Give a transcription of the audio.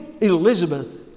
Elizabeth